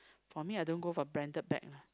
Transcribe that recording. for me I don't go for branded bag lah